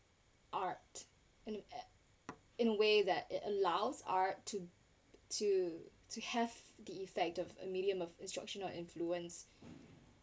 art in a in a way that it allows art to to to have the effect of a medium of instruction or influence